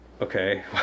Okay